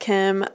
Kim